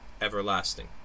everlasting